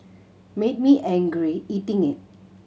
made me angry eating it